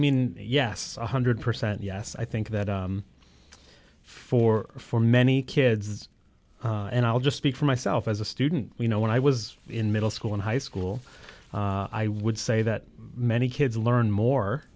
mean yes one hundred percent yes i think that for for many kids and i'll just speak for myself as a student you know when i was in middle school and high school i would say that many kids learn more